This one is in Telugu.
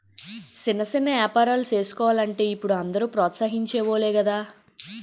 సిన్న సిన్న ఏపారాలు సేసుకోలంటే ఇప్పుడు అందరూ ప్రోత్సహించె వోలే గదా